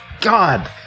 God